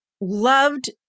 loved